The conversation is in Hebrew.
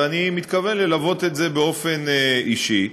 ואני מתכוון ללוות את זה באופן אישי.